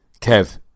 kev